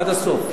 עד הסוף.